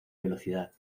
velocidad